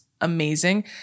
amazing